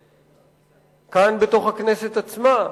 כאן, בתוך הכנסת עצמה,